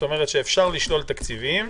את אומרת שאפשר לשלול תקציבים.